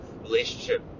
relationship